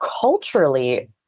culturally